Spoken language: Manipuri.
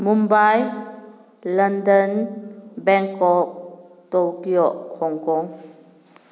Mumbai London Bangkok Tokyo Hong Kong